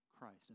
Christ